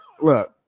look